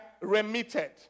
remitted